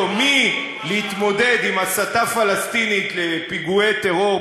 מהתמודדות עם הסתה פלסטינית לפיגועי טרור,